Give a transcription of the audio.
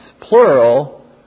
plural